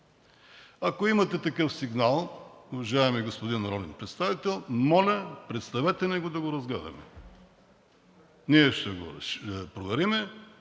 Ако имате такъв сигнал, уважаеми господин Народен представител, моля, представете ни го да го разгледаме. Ние ще го проверим